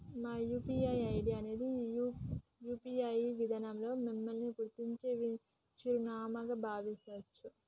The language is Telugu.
మీ యూ.పీ.ఐ ఐడి అనేది యూ.పీ.ఐ విధానంలో మిమ్మల్ని గుర్తించే చిరునామాగా భావించొచ్చు